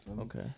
okay